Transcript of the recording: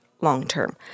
long-term